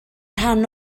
rhan